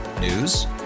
News